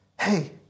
hey